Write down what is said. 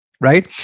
right